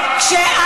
מי הציבור שלך?